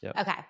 Okay